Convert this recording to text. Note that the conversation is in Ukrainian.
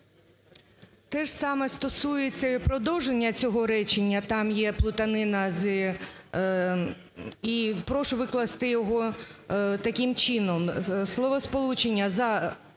Теж саме стосується і продовження цього речення, там є плутанина. Прошу викласти його таким чином: словосполучення "зі